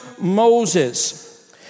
Moses